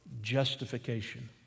justification